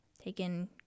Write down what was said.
taken